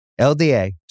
LDA